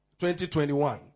2021